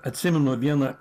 atsimenu vieną